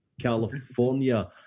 california